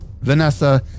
Vanessa